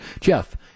Jeff